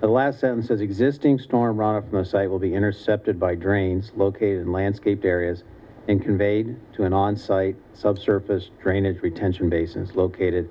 the last census existing storm will be intercepted by drains located landscape areas and conveyed to an on site subsurface drainage retention basins located